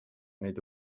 neid